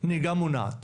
נהיגה מונעת.